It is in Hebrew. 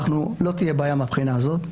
לא תהיה בעיה מהבחינה הזאת.